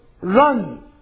run